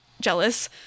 jealous